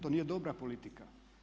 To nije dobra politika.